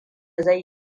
zai